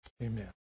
Amen